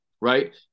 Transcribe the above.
Right